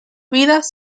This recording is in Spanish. vidas